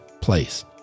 place